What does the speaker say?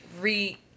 re